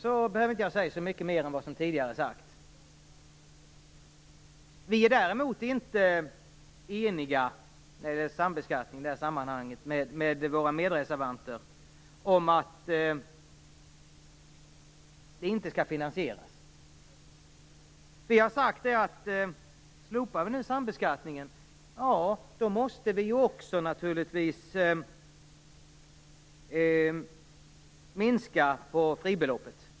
Jag behöver inte säga så mycket mer än vad som tidigare redan har sagts. Men vi är inte eniga med våra medreservanter när det gäller sambeskattningen om att det inte skall ske någon finansiering. Vi har sagt att om sambeskattningen slopas, då måste också fribeloppet minskas.